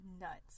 nuts